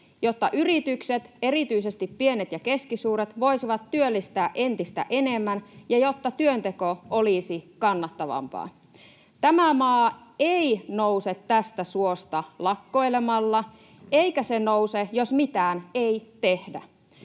jotta yritykset, erityisesti pienet ja keskisuuret, voisivat työllistää entistä enemmän ja jotta työnteko olisi kannattavampaa. Tämä maa ei nouse tästä suosta lakkoilemalla, eikä se nouse, jos mitään ei tehdä.